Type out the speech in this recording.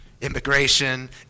Immigration